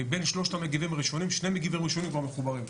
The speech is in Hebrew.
מבין שלושת המגיבים הראשונים שני מגיבים ראשונים כבר מחוברים,